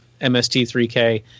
MST3K